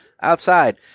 outside